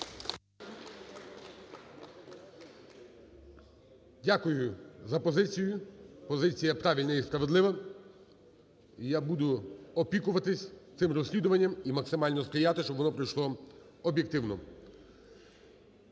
Дякую за позицію. Позиція правильна і справедлива. І я буду опікуватись цим розслідуванням і максимально сприяти, щоб воно пройшло об'єктивно.